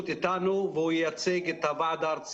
הדברים העיקריים.